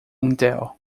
intel